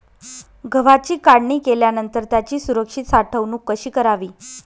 गव्हाची काढणी केल्यानंतर त्याची सुरक्षित साठवणूक कशी करावी?